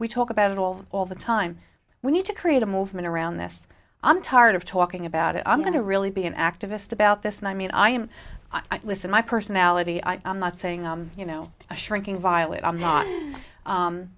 we talk about it all all the time we need to create a movement around this i'm tired of talking about it i'm going to really be an activist about this and i mean i am i listen my personality i'm not saying i'm you know a shrinking violet i'm not